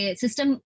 system